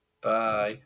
Bye